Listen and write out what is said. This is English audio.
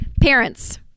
Parents